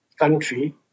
country